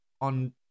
on